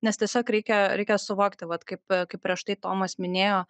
nes tiesiog reikia reikia suvokti vat kaip kaip prieš tai tomas minėjo